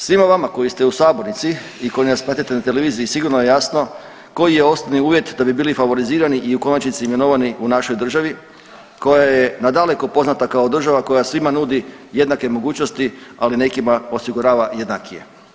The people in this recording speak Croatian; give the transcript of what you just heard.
Svima vama koji ste u sabornici i koji nas pratite na televiziji sigurno je jasno koji je osnovni uvjet da bi bili favorizirani i u konačnici imenovani u našoj državi koja je nadaleko poznata kao država koja svima nudi jednake mogućnosti, ali nekima osigurava jednakije.